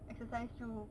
exercise 就